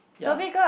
ya